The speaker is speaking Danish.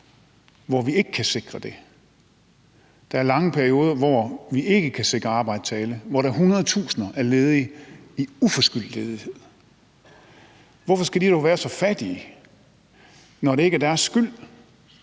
hvor vi ikke kan sikre det. Der er lange perioder, hvor vi ikke kan sikre arbejde til alle, og hvor hundredtusinder er ledige i uforskyldt ledighed. Hvorfor skal de dog være så fattige, når det ikke er deres skyld